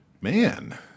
Man